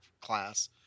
class